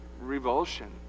revulsion